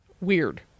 weird